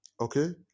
Okay